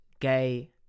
gay